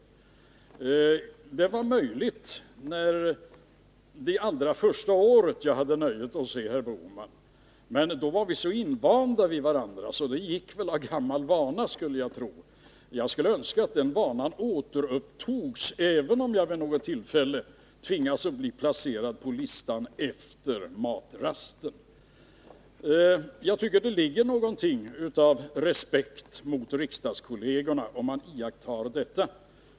Möjligen fanns han där under de allra första åren jag hade nöjet att se honom som ekonomiminister, men då var vi så invanda vid varandra att det gick av gammal vana, skulle jag tro. Jag skulle önska att den vanan återupptogs, även om jag vid något tillfälle tvingas att bli placerad på listan efter matrasten. Jag tycker att det ligger något av respekt för riksdagskollegerna i att man iakttar detta.